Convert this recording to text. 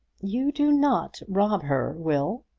you do not rob her, will.